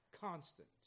Constant